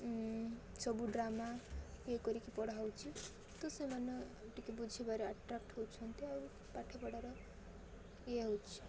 ସବୁ ଡ୍ରାମା ଇଏ କରିକି ପଢ଼ା ହଉଛି ତ ସେମାନେ ଟିକେ ବୁଝିବାରେ ଆଟ୍ରାକ୍ଟ ହଉଛନ୍ତି ଆଉ ପାଠପଢ଼ାର ଇଏ ହଉଛି